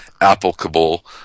applicable